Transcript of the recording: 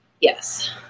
Yes